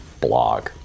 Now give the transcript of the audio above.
blog